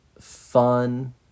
fun